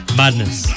madness